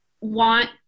want